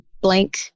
blank